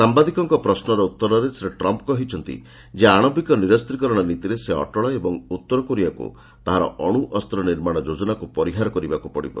ସାମ୍ଭାଦିକଙ୍କ ପ୍ରଶ୍ନର ଉତ୍ତରରେ ଶ୍ରୀ ଟ୍ରମ୍ପ୍ କହିଛନ୍ତି ଯେ ଆଶବିକ ନିରସ୍ତ୍ରିକରଣ ନୀତିରେ ସେ ଅଟଳ ଏବଂ ଉତ୍ତର କୋରିଆକୁ ତାହାର ଅଣୁଅସ୍ତ୍ର ନିର୍ମାଣ ଯୋଜନାକୁ ପରିହାର କରିବାକୁ ପଡ଼ିବ